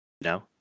no